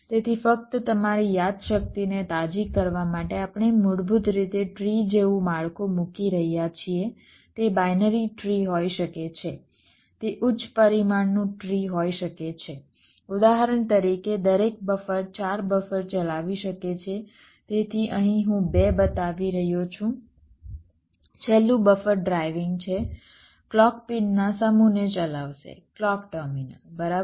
તેથી ફક્ત તમારી યાદશક્તિને તાજી કરવા માટે આપણે મૂળભૂત રીતે ટ્રી જેવું માળખું મૂકી રહ્યા છીએ તે બાઇનરી ટ્રી હોઈ શકે છે તે ઉચ્ચ પરિમાણનું ટ્રી હોઈ શકે છે ઉદાહરણ તરીકે દરેક બફર 4 બફર ચલાવી શકે છે તેથી અહીં હું 2 બતાવી રહ્યો છું છેલ્લું બફર ડ્રાઇવિંગ છે ક્લૉક પિનના સમૂહને ચલાવશે ક્લૉક ટર્મિનલ બરાબર